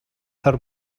her